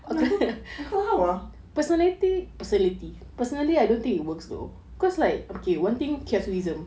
kalau aku aku tak faham ah